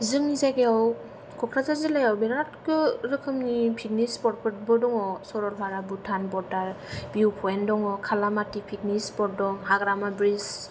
जोंनि जायगायाव ककराझार जिल्लायाव बिराद रोखोमनि पिकनिक स्पटफोरबो दङ Saralpara Bhutan border view point दङ कालामाति पिकनिक स्पट दं हाग्रामा ब्रिज